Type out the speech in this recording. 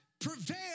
prevail